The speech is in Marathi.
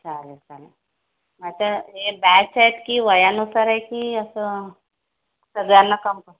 चालेल चालेल आता हे बॅच आहेत की वयानुसार आहे की असं सगळ्यांना